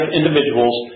individuals